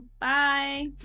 bye